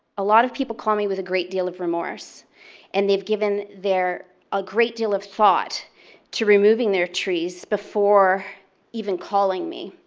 a lot of people call me with a great deal of remorse and they've given their a great deal of thought to removing their trees before even calling me.